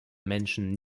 menschen